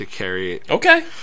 Okay